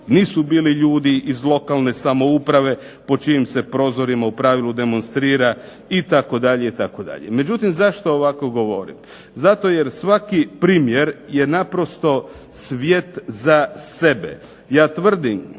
nisu bili ljudi iz lokalne samouprave pod čijim se prozorima u pravilu demonstrira itd., itd. Međutim, zašto ovako govorim? Zato jer svaki primjer je naprosto svijet za sebe. Ja tvrdim